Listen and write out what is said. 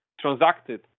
transacted